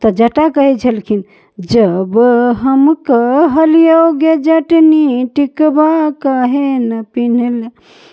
तऽ जटा कहै छलखिन